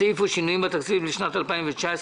הסעיף הוא: שינויים בתקציב לשנת 2019,